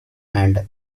and